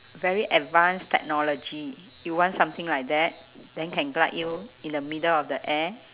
very advanced technology you want something like that then can glide you in the middle of the air